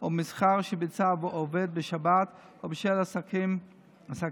או מסחר שביצע עובד בשבת או בשל העסקת